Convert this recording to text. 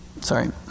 Sorry